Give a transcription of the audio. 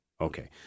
Okay